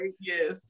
Yes